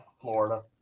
Florida